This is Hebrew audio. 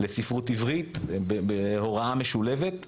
בהרבה אוניברסיטאות זה קיים ואפילו במכללות.